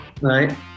Right